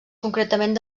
concretament